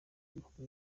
ibihumbi